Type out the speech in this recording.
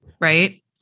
right